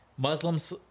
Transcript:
Muslims